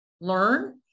learn